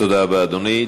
תודה, אדוני.